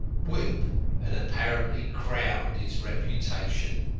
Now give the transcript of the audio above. wimp had apparently crowned his reputation.